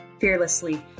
fearlessly